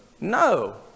No